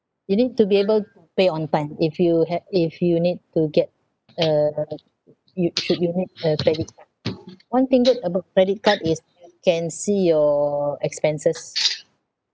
you need to be able to pay on time if you ha~ if you need to get uh you should you need a credit card one thing good about credit card is you can see your expenses